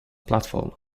platform